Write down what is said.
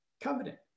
covenant